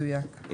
נכון, מדויק.